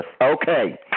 okay